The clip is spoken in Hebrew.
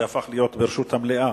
זה הפך להיות ברשות המליאה.